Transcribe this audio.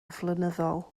flynyddol